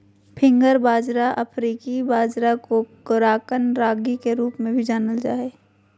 finger bajra अफ्रीकी बाजरा कोराकन रागी के रूप में भी जानल जा हइ